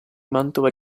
mantova